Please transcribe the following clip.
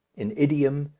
in idiom,